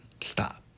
stop